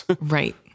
Right